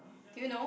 do you know